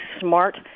smart